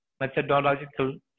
methodological